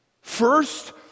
First